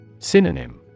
Synonym